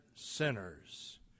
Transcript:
sinners